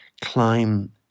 climb